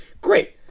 Great